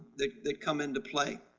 they they come into play.